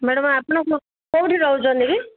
madam ଆପଣ କେଉଁଠି ରହୁଛନ୍ତି କି